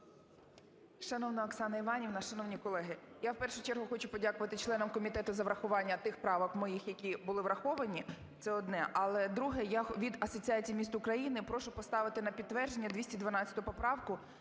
Шановна Оксана Іванівна, шановні колеги! Я в першу чергу хочу подякувати членам комітету за врахування тих правок моїх, які були враховані. Це одне. Але друге. Я від Асоціації міст України прошу поставити на підтвердження 212 поправку,